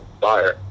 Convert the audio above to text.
Fire